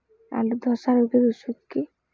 আলুর ধসা রোগের ওষুধ কি?